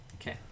Okay